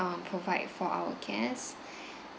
um provide for our guests